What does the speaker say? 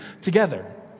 together